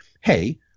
Hey